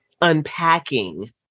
unpacking